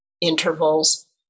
intervals